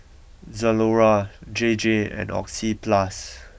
Zalora J J and Oxyplus